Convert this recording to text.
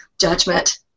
judgment